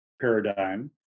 paradigm